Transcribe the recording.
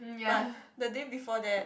but the day before that